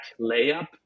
layup